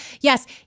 Yes